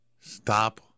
stop